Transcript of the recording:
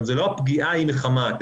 שלא הפגיעה היא מחמת,